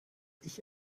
ich